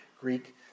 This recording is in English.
Greek